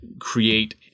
create –